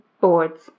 Boards